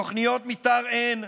תוכניות מתאר אין,